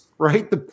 right